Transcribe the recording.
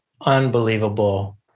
unbelievable